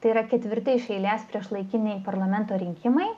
tai yra ketvirti iš eilės priešlaikiniai parlamento rinkimai